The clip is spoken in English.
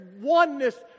oneness